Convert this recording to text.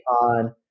on